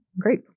great